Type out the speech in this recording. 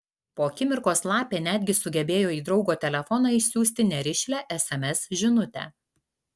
po akimirkos lapė netgi sugebėjo į draugo telefoną išsiųsti nerišlią sms žinutę